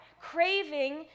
Craving